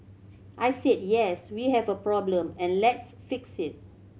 I said yes we have a problem and let's fix it